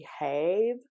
behave